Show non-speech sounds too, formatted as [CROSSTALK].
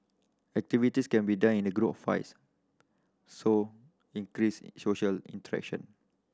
activities can be done in the group [UNINTELLIGIBLE] so increases social interaction